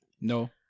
no